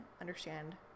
understand